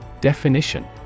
Definition